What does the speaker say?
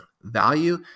value